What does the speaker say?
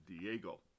Diego